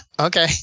okay